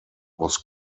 was